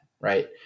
right